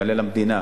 יעלה למדינה,